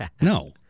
No